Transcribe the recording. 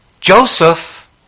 Joseph